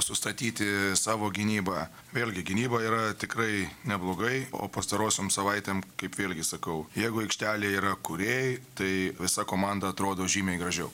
sustatyti savo gynybą vėlgi gynyba yra tikrai neblogai o pastarosiom savaitėm kaip vėlgi sakau jeigu aikštelėje yra kūrėjai tai visa komanda atrodo žymiai gražiau